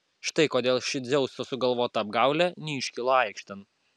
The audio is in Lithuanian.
štai kodėl ši dzeuso sugalvota apgaulė neiškilo aikštėn